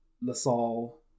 LaSalle